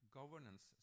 governance